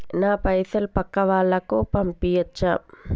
నా పైసలు పక్కా వాళ్ళకు పంపియాచ్చా?